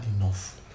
enough